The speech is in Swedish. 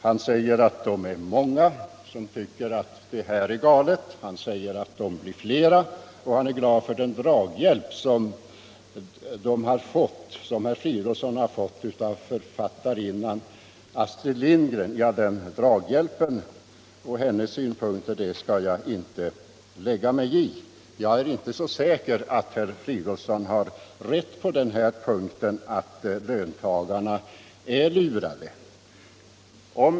Han säger att det är många som tycker att det är galet och att de blir allt fler. Och herr Fridolfsson är glad för den draghjälp som han har fått av författarinnan Astrid Lindgren. Hennes synpunkter skall jag inte ta upp här. Jag är emellertid inte så säker på att herr Fridolfsson har rätt när han säger att löntagarna är lurade.